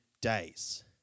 days